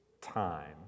time